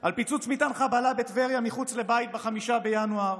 על פיצוץ מטען חבלה בטבריה מחוץ לבית ב-5 בינואר,